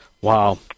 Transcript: Wow